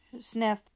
sniff